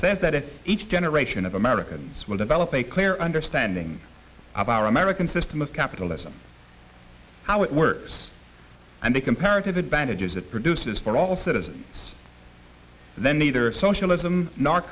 says that it each generation of americans will develop a clearer understanding of our american system of capitalism how it works and the comparative advantages it produces for all citizens it's then neither socialism n